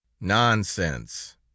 Nonsense